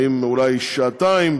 אולי שעתיים,